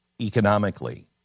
economically